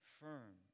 firm